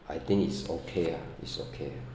I think it's okay ah it's okay ah